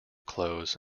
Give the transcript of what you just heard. clothes